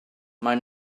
maen